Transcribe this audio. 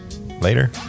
later